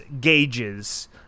gauges